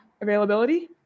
availability